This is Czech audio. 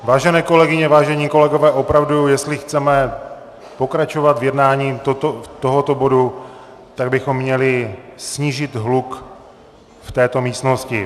Vážené kolegyně, vážení kolegové, opravdu jestli chceme pokračovat v jednání o tomto bodu, tak bychom měli snížit hluk v této místnosti.